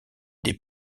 des